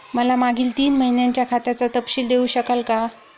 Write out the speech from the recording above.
मला मागील तीन महिन्यांचा खात्याचा तपशील देऊ शकाल का?